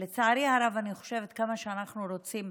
לצערי הרב, כמה שאנחנו רוצים,